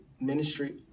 ministry